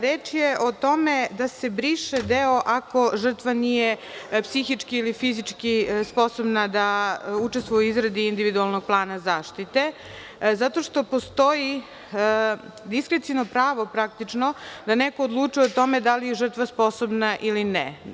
Reč je o tome da se briše deo – ako žrtva nije psihički ili fizički sposobna da učestvuje u izradi individualnog plana zaštite zato što postoji diskreciono pravo praktično da neko odlučuje o tome da li je žrtva sposobna ili ne.